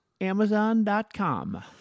Amazon.com